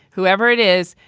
whoever it is,